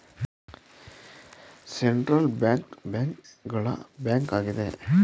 central bank bank ಗಳ bank ಆಗಿದೆ